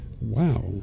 Wow